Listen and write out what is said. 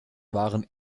waren